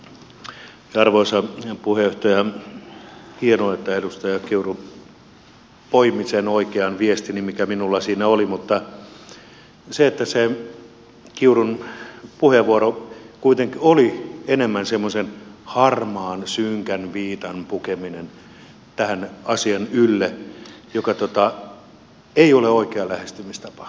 hienoa että edustaja kiuru poimi sen oikean viestini mikä minulla siinä oli mutta kiurun puheenvuoro kuitenkin oli enemmän semmoisen harmaan synkän viitan pukeminen tämän asian ylle mikä ei ole oikea lähestymistapa